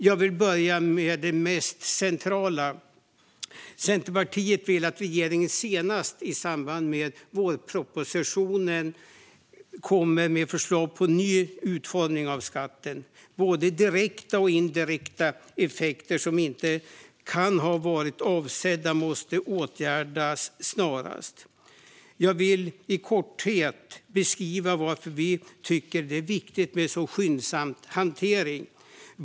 Jag vill börja med det mest centrala. Centerpartiet vill att regeringen senast i samband med vårpropositionen kommer med förslag till ny utformning av skatten. Både direkta och indirekta effekter som inte kan ha varit avsedda måste åtgärdas snarast. Jag vill i korthet beskriva varför vi tycker att det är viktigt med en så skyndsam hantering.